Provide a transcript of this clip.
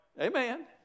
Amen